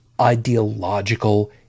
ideological